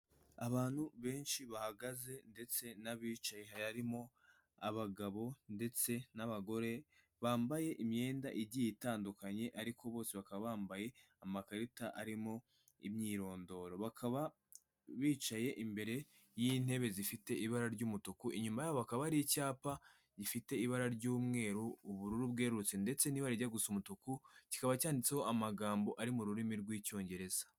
Abantu benshi bahagaze ndetse n'abicaye harimo abagabo ndetse n'abagore bambaye imyenda igiye itandukanye ariko bose bakaba bambaye amakarita arimo imyirondoro bakaba bicaye imbere y'intebe zifite ibara ry'umutuku inyuma yabo hakaba hari icyapa gifite ibara ry'umweru, ubururu bwerurutse ndetse n'ibara rirya gusa umutuku, kikaba cyanditseho amagambo ari mu rurimi rw'Icyongereza.